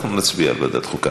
אנחנו נצביע על העברה לוועדת חוקה.